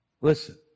Listen